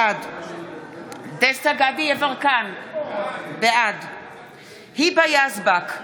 בעד דסטה גדי יברקן, בעד היבה יזבק,